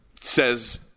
says